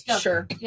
Sure